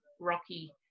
rocky